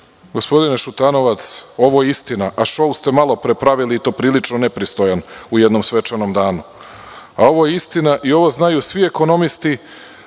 Cvetković. Gospodine Šutanovac, ovo je istina, a šou ste malopre pravili, i to prilično nepristojan u jednom svečanom danu. Ovo je istina i ovo znaju svi ekonomisti,